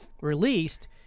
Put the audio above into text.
released